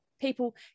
people